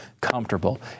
comfortable